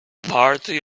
party